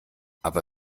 aber